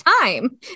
time